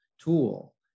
tool